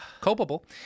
Culpable